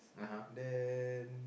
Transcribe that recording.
then